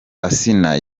asinah